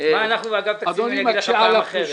--- מה אנחנו ואגף תקציבים אני אגיד לך פעם אחרת.